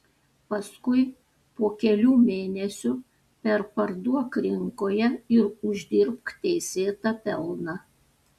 paskui po kelių mėnesių perparduok rinkoje ir uždirbk teisėtą pelną